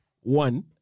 One